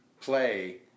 play